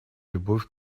любовь